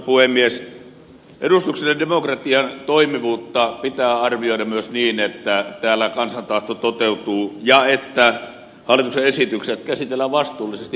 edustuksellisen demokratian toimivuutta pitää arvioida myös niin että täällä kansan tahto toteutuu ja että hallituksen esitykset käsitellään vastuullisesti valiokunnissa